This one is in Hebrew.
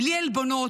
בלי עלבונות,